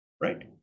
right